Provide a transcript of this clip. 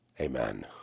Amen